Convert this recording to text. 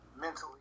mentally